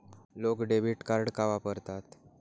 लोक debit card का वापरतात?